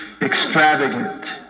extravagant